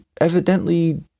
evidently